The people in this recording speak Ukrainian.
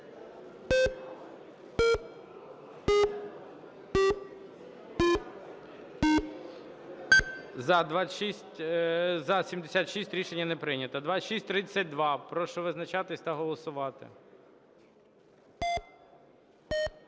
За-64 Рішення не прийнято. 2894 – прошу визначатись та голосувати.